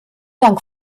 dank